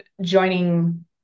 joining